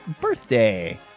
birthday